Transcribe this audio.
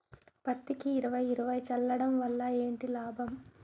పత్తికి ఇరవై ఇరవై చల్లడం వల్ల ఏంటి లాభం?